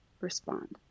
respond